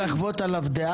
כל הכבוד.